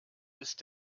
ist